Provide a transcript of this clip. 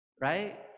right